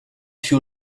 too